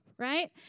right